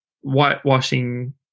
whitewashing